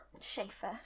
Schaefer